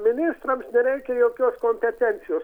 ministrams nereikia jokios kompetencijos